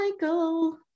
Michael